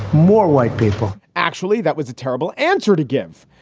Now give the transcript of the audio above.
more white people actually, that was a terrible answer to give.